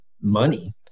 money